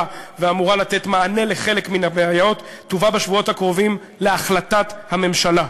ואמורה לתת מענה על חלק מהבעיות תובא בשבועות הקרובים להחלטת הממשלה.